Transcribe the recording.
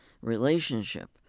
relationship